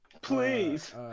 please